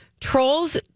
Trolls